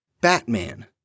Batman